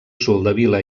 soldevila